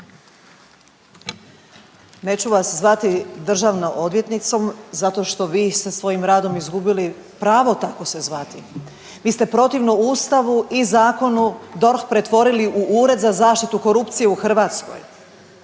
Neću vas zvati državnom odvjetnicom zato što vi ste svojim radom izgubili pravo tako se zvati. Vi ste protivno Ustavu i zakonu DORH pretvorili u ured za zaštitu korupcije u Hrvatskoj.